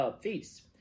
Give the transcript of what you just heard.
feasts